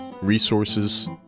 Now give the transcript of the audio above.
resources